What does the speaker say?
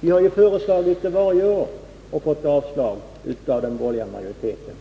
vi har föreslagit varje år men fått avslag på av den borgerliga majoriteten.